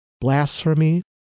blasphemy